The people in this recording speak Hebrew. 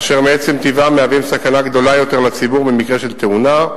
אשר מעצם טבעם מהווים סכנה גדולה יותר לציבור במקרה של תאונה,